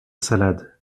salade